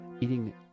eating